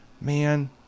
man